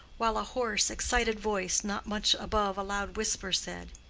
while a hoarse, excited voice, not much above a loud whisper, said,